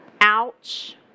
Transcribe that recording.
Ouch